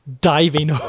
diving